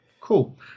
Cool